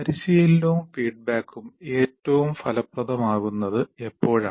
പരിശീലനവും ഫീഡ്ബാക്കും ഏറ്റവും ഫലപ്രദമാകുന്നത് എപ്പോഴാണ്